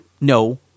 no